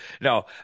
No